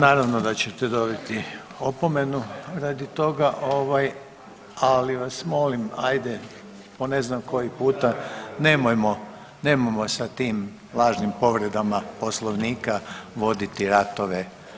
Naravno da ćete dobiti opomenu radi toga ovaj, ali vas molim ajde po ne znam koji puta nemojmo, nemojmo sa tim lažnim povredama Poslovnika voditi ratove.